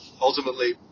ultimately